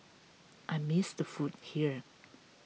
I miss the food here